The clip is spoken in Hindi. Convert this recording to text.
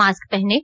मास्क पहनें